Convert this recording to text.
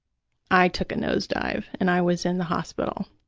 i took a nosedive and i was in the hospital.